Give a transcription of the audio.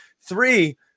Three